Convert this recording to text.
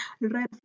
red